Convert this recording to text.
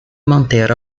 manter